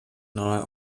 nahe